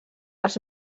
els